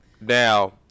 Now